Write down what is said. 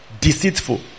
deceitful